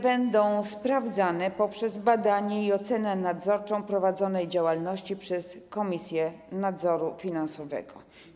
Będzie to sprawdzane poprzez badanie i ocenę nadzorczą prowadzonej działalności przez Komisję Nadzoru Finansowego.